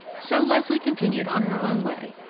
so leslie continued on her own way,